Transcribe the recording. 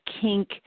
kink